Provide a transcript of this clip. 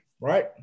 Right